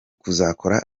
kuzakora